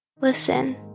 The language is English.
Listen